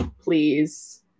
please